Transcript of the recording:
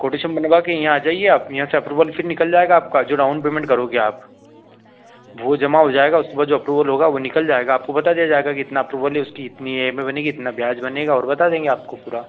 quotation बनवा के यहाँ आ जाइए आप यहाँ से अप्रूवल फिर निकल जाएगा आपका जो डाउन पेमेंट करोगे आप वह जमा हो जाएगा उसके बाद जो अप्रूवल होगा वह निकल जाएगा आपको बता दिया जाएगा कि इतना अप्रूवल है उसकी इतनी ईएमआई बनेगी इतना ब्याज बनेगा और बता देंगे आपको पूरा